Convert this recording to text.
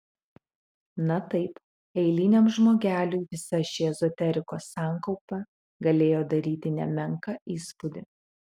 na taip eiliniam žmogeliui visa ši ezoterikos sankaupa galėjo daryti nemenką įspūdį